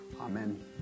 Amen